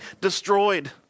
destroyed